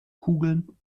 kugeln